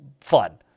fun